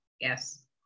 Yes